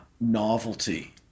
novelty